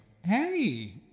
hey